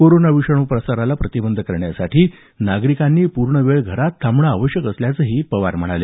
corona विषाणू प्रसाराला प्रतिबंध करण्यासाठी नागरिकांनी पूर्णवेळ घरात थांबणं आवश्यक असल्याचं पवार यांनी नमूद केलं